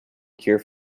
cure